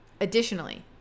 Additionally